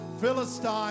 Philistine